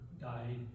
died